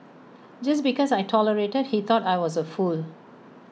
just because I tolerated he thought I was A fool